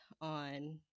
on